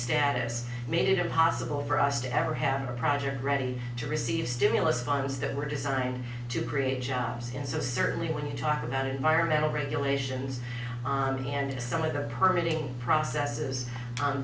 status made it impossible for us to ever have a project ready to receive stimulus fund designed to create jobs so certainly when you talk about environmental regulations and some of the permitting processes